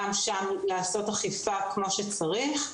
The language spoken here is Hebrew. צריך לעשות אכיפה שם כפי שצריך.